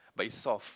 but it's soft